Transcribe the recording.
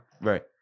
Right